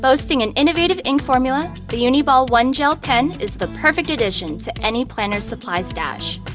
boasting an innovative ink formula, the uni-ball one gel pen is the perfect addition to any planner supply stash.